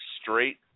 straight